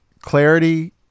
clarity